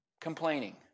complaining